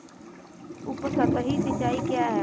उपसतही सिंचाई क्या है?